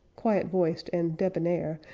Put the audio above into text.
quiet-voiced and debonnaire,